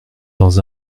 dans